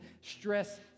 stress